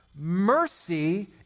Mercy